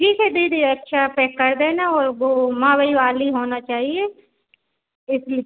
ठीक है दे दिए अच्छा पैक कर देना और वह मावि वाली होना चाहिए इत्न